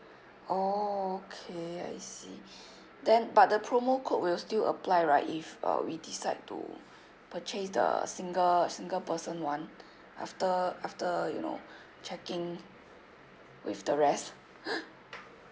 oh okay I see then but the promo code will still apply right if uh we decide to purchase the single single person one after after you know checking with the rest